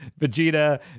Vegeta